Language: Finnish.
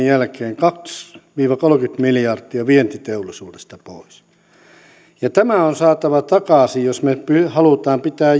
jälkeen kaksikymmentä viiva kolmekymmentä miljardia vientiteollisuudesta pois ja tämä on saatava takaisin jos me haluamme pitää